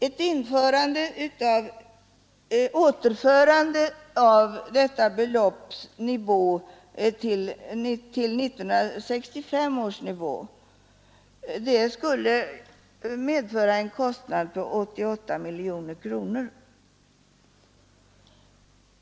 Ett återförande av detta belopp till 1965 års nivå skulle medföra en kostnad på 88 miljoner kronor.